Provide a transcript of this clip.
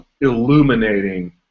illuminating